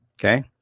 Okay